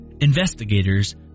investigators